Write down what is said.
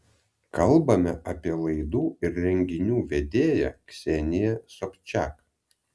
kalbame apie laidų ir renginių vedėja kseniją sobčak